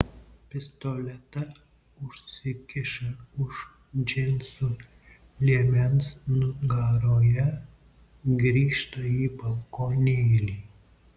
pistoletą užsikiša už džinsų liemens nugaroje grįžta į balkonėlį